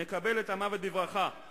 נקבל את המוות בברכה.